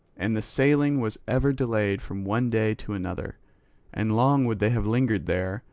and the sailing was ever delayed from one day to another and long would they have lingered there,